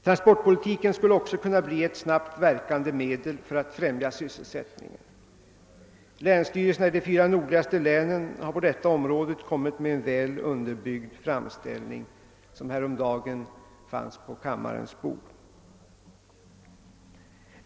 Transportpolitiken skulle också kunna bli ett snabbt verkande medel för att främja sysselsättningen. Länsstyrelserna i de fyra nordligaste länen har på detta område kommit med en väl underbyggd framställning, som häromdagen fanns på kammarens bord.